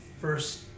first